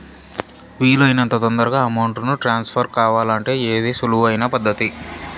వీలు అయినంత తొందరగా అమౌంట్ ను ట్రాన్స్ఫర్ కావాలంటే ఏది సులువు అయిన పద్దతి